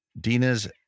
Dina's